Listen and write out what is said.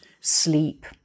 sleep